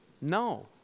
No